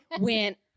went